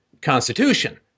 constitution